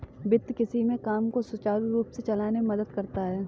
वित्त किसी भी काम को सुचारू रूप से चलाने में मदद करता है